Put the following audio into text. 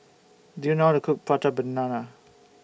Do YOU know How to Cook Prata Banana